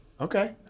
Okay